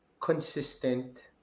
consistent